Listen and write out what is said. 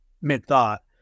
mid-thought